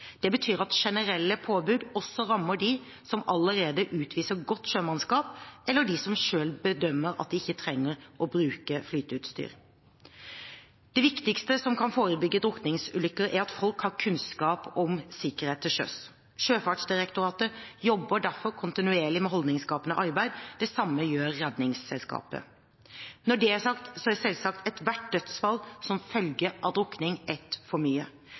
Det betyr at generelle påbud også rammer dem som allerede utviser godt sjømannskap, eller dem som selv bedømmer at de ikke trenger å bruke flyteutstyr. Det viktigste som kan forebygge drukningsulykker, er at folk har kunnskap om sikkerhet til sjøs. Sjøfartsdirektoratet jobber derfor kontinuerlig med holdningsskapende arbeid. Det samme gjør Redningsselskapet. Når det er sagt, er selvsagt ethvert dødsfall som følge av drukning ett for mye.